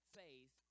faith